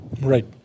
Right